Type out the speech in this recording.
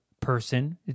person